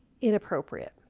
inappropriate